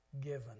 given